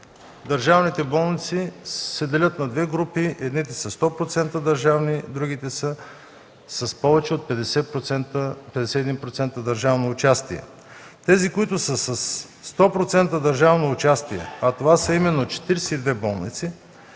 държавните болници се делят на две групи: едните са 100% държавни, другите са с 51% държавно участие. Тези, които са със 100% държавно участие, а това са именно 42 болници,